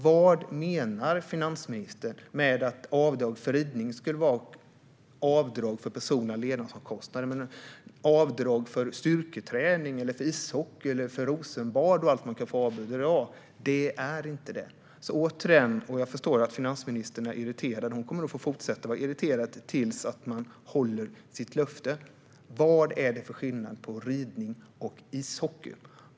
Vad menar finansministern med att avdrag för ridning skulle vara avdrag för personliga levnadsomkostnader men styrketräning, ishockey, Rosenterapi eller allt man kan få avdrag för inte är det? Jag förstår att finansministern är irriterad, och hon kommer nog få fortsätta att vara irriterad tills man håller sitt löfte. Vad är det för skillnad på ridning och ishockey?